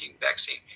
vaccine